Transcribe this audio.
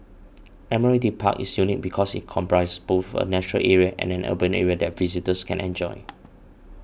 Admiralty Park is unique because it comprises both a nature area and an urban area that visitors can enjoy